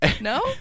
No